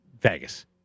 Vegas